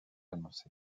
annoncé